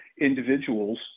individuals